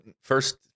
first